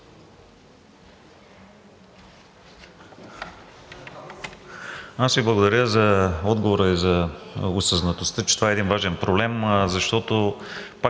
Аз Ви благодаря за отговора и за осъзнатостта, че това е един важен проблем, защото, пак